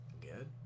Good